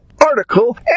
article